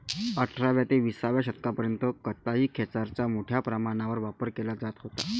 अठराव्या ते विसाव्या शतकापर्यंत कताई खेचराचा मोठ्या प्रमाणावर वापर केला जात होता